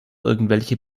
irgendwelche